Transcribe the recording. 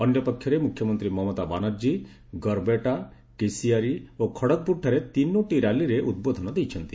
ଅନ୍ୟପକ୍ଷରେ ମୁଖ୍ୟମନ୍ତ୍ରୀ ମମତା ବାନାର୍ଜୀ ଗର୍ବେଟା କେଶିୟାରୀ ଓ ଖଡଗପୁର ଠାରେ ତିନୋଟି ର୍ୟାଲିରେ ଉଦ୍ବୋଧନ ଦେଇଛନ୍ତି